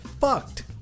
fucked